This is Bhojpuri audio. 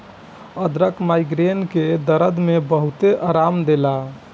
अदरक माइग्रेन के दरद में बहुते आराम देला